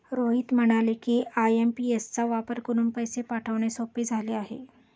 रोहित म्हणाला की, आय.एम.पी.एस चा वापर करून पैसे पाठवणे सोपे झाले आहे